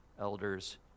elders